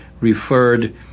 referred